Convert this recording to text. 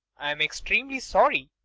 i'm extremely sorry.